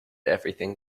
everything